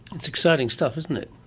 it's exciting stuff, isn't it.